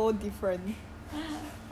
how different is the hole